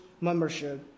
membership